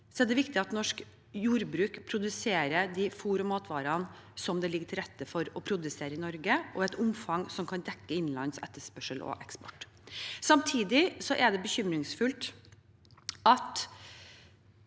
er det viktig at norsk jordbruk produserer de fôrog matvarene som det ligger til rette for å produsere i Norge, og i et omfang som kan dekke innenlands etterspørsel og eksport. Samtidig er det bekymringsfullt at